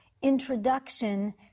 introduction